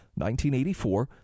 1984